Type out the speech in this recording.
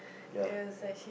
ya